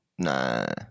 Nah